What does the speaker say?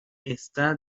está